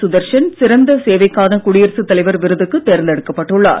சுதர்ஷன் சிறந்த சேவைக்கான குடியரசுத் தலைவர் விருதுக்கு தேர்ந்தெடுக்கப் பட்டுள்ளார்